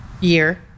year